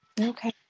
Okay